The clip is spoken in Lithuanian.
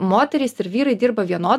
moterys ir vyrai dirba vieno